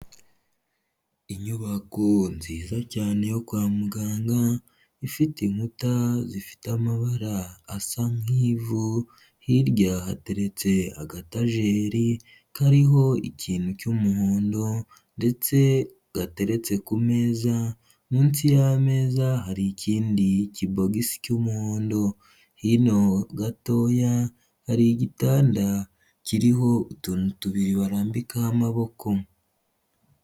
Inyubako nziza cyane yo kwa muganga, ifite inkuta zifite amabara asa nk'ivu; hirya hateretse agatajeri kariho ikintu cy'umuhondo ndetse gateretse ku meza, munsi y'ameza hari ikindi kibogisi cy'umuhondo; hino gatoya hari igitanda kiriho utuntu tubiri barambikaho amaboko.